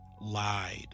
lied